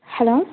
hello